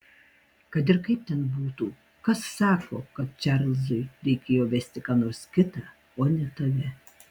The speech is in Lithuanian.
kad ir kaip ten būtų kas sako kad čarlzui reikėjo vesti ką nors kitą o ne tave